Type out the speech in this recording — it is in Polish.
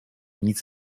nic